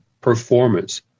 performance